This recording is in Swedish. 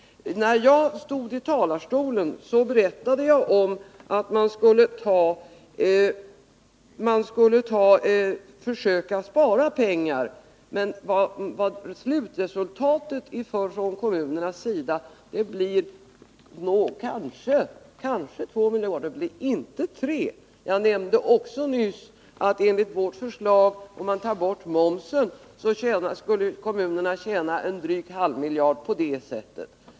När jag stod i talarstolen berättade jag om att man skulle försöka spara pengar. Slutresultatet för kommunernas del blir kanske 2 miljarder men inte 3. Jag nämnde nyss att kommunerna enligt vårt förslag om man tar bort momsen skulle tjäna drygt 0,5 miljarder kronor.